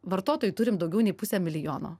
vartotojai turim daugiau nei pusę milijono